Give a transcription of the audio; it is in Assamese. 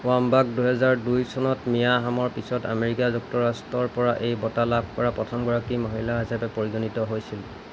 ৱাম্বাক দুহেজাৰ দুই চনত মিয়া হামৰ পিছত আমেৰিকা যুক্তৰাষ্ট্ৰৰপৰা এই বঁটা লাভ কৰা প্ৰথমগৰাকী মহিলা হিচাপে পৰিগণিত হৈছিল